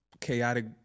chaotic